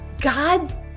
God